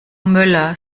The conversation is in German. möller